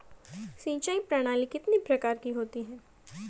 सिंचाई प्रणाली कितने प्रकार की होती है?